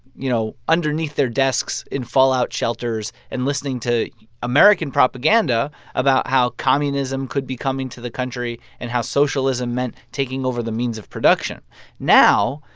you know, underneath their desks in fallout shelters and listening to american propaganda about how communism could be coming to the country and how socialism meant taking over the means of production now,